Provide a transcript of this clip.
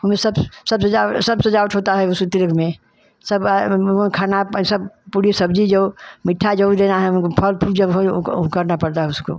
उसमें सब सब सजाव सब सजावट होता है उसी तिरक में सब आए खाना पर सब पूड़ी सब्जी जो मीठा जो भी देना है हमको फल फूल जब हो उ करना परता है उसको